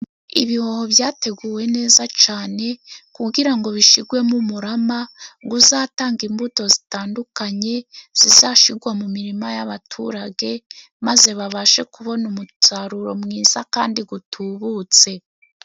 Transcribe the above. Ibihoho byateguwe neza cyane, kugira ngo bishyirwemo umurama uzatanga imbuto zitandukanye, zizashyirwa mu mirima y'abaturage, maze babashe kubona umusaruro mwiza kandi utubutse.